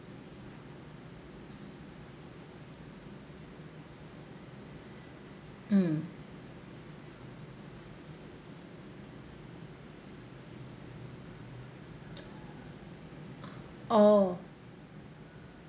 mm oh